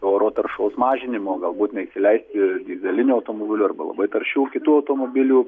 oro taršos mažinimo galbūt neįsileisti dyzelinių automobilių arba labai taršių kitų automobilių